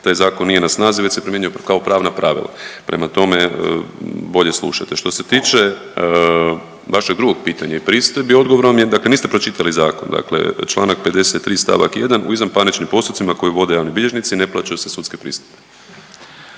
taj zakon nije na snazi već se primjenjuje kao pravna pravila, prema tome, bolje slušajte. Što se tiče vašeg drugog pitanja i pristojbe, odgovor vam je, dakle niste pročitali zakon, dakle, čl. 53 st., u izvanparničnim postupcima koji vode javni bilježnici ne plaća se sudska pristojba.